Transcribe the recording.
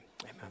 Amen